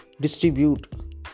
Distribute